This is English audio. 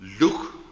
look